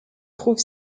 trouve